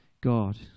God